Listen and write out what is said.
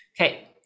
okay